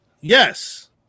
yes